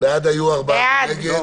הצבעה בעד, 4 נגד,